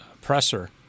presser